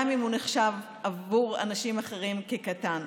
גם אם הוא נחשב עבור אנשים אחרים כקטן.